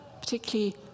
particularly